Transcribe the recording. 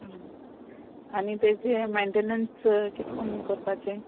आनी तेजे मेन्टेनन्स कितकोन कोरपाचें